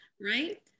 right